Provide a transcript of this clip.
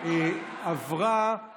בעד אלכס קושניר,